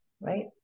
right